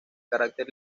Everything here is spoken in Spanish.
carácter